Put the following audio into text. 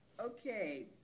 Okay